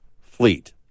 fleet